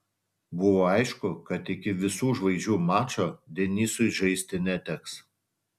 buvo aišku kad iki visų žvaigždžių mačo denisui žaisti neteks